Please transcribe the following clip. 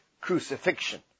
crucifixion